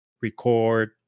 record